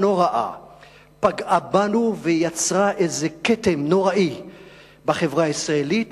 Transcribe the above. נוראה פגעה בנו ויצרה איזה כתם נוראי בחברה הישראלית,